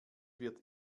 wird